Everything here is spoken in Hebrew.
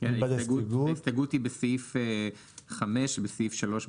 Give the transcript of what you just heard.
שירותי בזק נוספים על אף האמור בסעיף קטן (א),